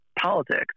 politics